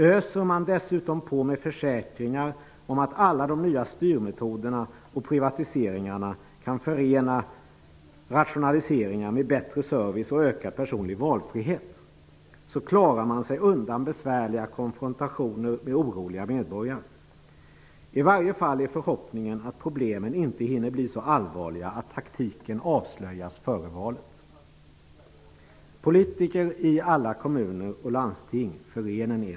Öser man dessutom på med försäkringar om att alla de nya styrmetoderna och privatiseringarna kan förena rationaliseringar med bättre service och ökad personlig valfrihet, klarar man sig undan besvärliga konfrontationer med oroliga medborgare. I varje fall är förhoppningen att problemen inte hinner bli så allvarliga att taktiken avslöjas före valet. Politiker i alla kommuner och landsting förenen eder!